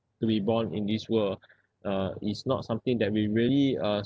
to be born in this world uh it's not something that we really uh